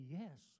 yes